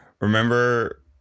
remember